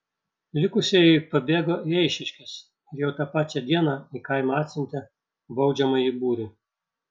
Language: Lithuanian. likusieji pabėgo į eišiškes ir jau tą pačią dieną į kaimą atsiuntė baudžiamąjį būrį